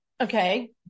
Okay